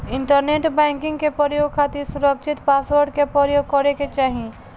internet banking के प्रयोग खातिर सुरकछित पासवर्ड के परयोग करे के चाही